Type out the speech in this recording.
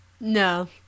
no